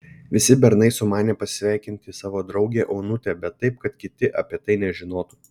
visi bernai sumanė pasveikinti savo draugę onutę bet taip kad kiti apie tai nežinotų